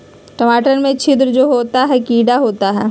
टमाटर में छिद्र जो होता है किडा होता है?